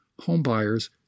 Homebuyers